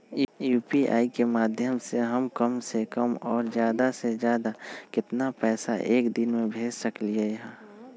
UPI के माध्यम से हम कम से कम और ज्यादा से ज्यादा केतना पैसा एक दिन में भेज सकलियै ह?